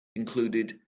included